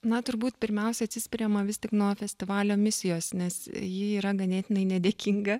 na turbūt pirmiausia atsispiriama vis tik nuo festivalio misijos nes ji yra ganėtinai nedėkinga